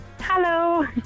Hello